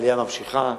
העלייה ממשיכה,